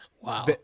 Wow